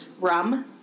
rum